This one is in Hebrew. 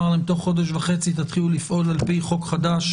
להם: תוך חודש וחצי תתחילו לפעול על פי חוק חדש